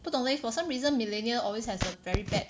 不懂 leh for some reason millennial always has a very bad